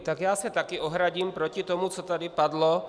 Tak já se také ohradím proti tomu, co tady padlo.